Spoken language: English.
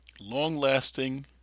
long-lasting